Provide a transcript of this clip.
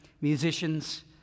Musicians